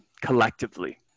collectively